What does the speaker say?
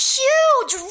huge